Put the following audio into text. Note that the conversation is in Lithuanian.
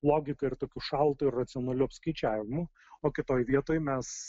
logika ir tokiu šaltu ir racionaliu apskaičiavimu o kitoj vietoj mes